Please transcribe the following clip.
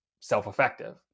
self-effective